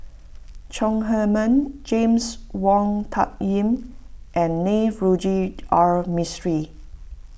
Chong Heman James Wong Tuck Yim and Navroji R Mistri